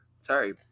Sorry